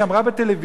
היא אמרה בטלוויזיה,